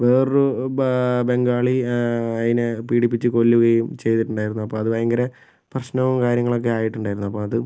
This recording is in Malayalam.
വേറൊരു ബ ബംഗാളി അതിനെ പീഡിപ്പിച്ച് കൊല്ലുകയും ചെയ്തിട്ടുണ്ടായിരുന്നു അപ്പോൾ അത് ഭയങ്കര പ്രശ്നവും കാര്യങ്ങളൊക്കെ ആയിട്ടുണ്ടായിരുന്നു അപ്പോൾ അതും